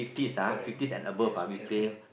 correct just just nice